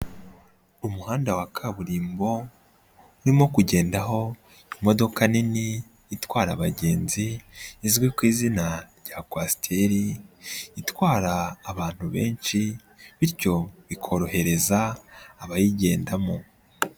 Umuhanda wa kaburimbo, urimo kugendaho imodoka nini itwara abagenzi, izwi ku izina rya Kwasiteri, itwara abantu benshi, bityo ikorohereza abayigendamo.